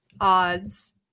odds